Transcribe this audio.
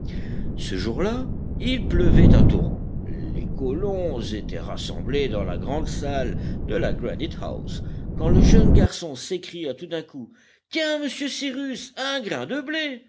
ce jour-là il pleuvait à torrents les colons étaient rassemblés dans la grande salle de granite house quand le jeune garçon s'écria tout d'un coup tiens monsieur cyrus un grain de blé